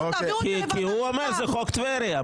כי הוא אמר שזה חוק טבריה.